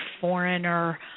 Foreigner